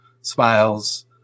smiles